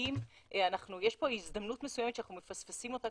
יש פה הזדמנות מסוימת שאנחנו מפספסים אותה,